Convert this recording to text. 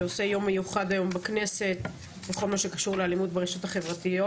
שעושה יום מיוחד היום בכנסת בכל מה שקשור לאלימות ברשתות החברתיות,